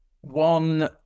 one